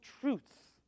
truths